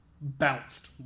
bounced